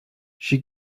she